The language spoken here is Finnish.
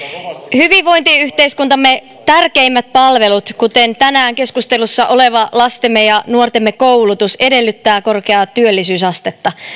hyvinvointiyhteiskuntamme tärkeimmät palvelut kuten tänään keskustelussa oleva lastemme ja nuortemme koulutus edellyttävät korkeaa työllisyysastetta